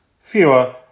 fewer